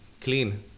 clean